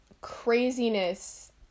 craziness